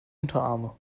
unterarme